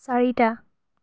চাৰিটা